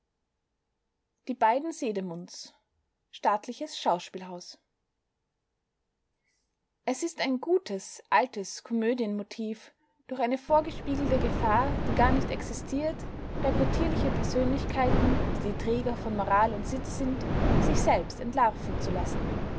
die beiden sedemunds staatliches schauspielhaus es ist ein gutes altes komödienmotiv durch eine vorgespiegelte gefahr die gar nicht existiert reputierliche persönlichkeiten die die träger von moral und sitte sind sich selbst entlarven zu lassen